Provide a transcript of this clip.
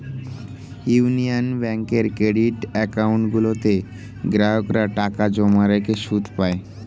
union ব্যাঙ্কের credit account গুলোতে গ্রাহকরা টাকা জমা রেখে সুদ পায়